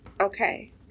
okay